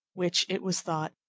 which, it was thought,